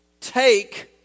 take